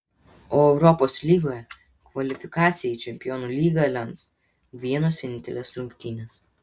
o europos lygoje kvalifikaciją į čempionų lygą lems vienos vienintelės rungtynės